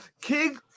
King